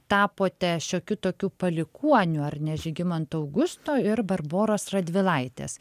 tapote šiokiu tokiu palikuoniu ar ne žygimanto augusto ir barboros radvilaitės